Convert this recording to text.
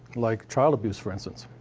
like child abuse, for instance.